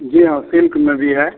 जी हाँ सिल्क में भी है